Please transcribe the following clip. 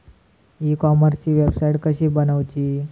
E कॉमर्सची website कशी बनवची?